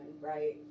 right